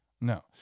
No